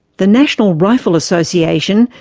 the national rifle association,